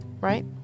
right